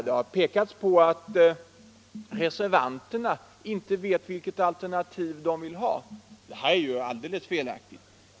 Det har sagts att reservanterna inte vet vilket alternativ de vill ha. Det är alldeles felaktigt.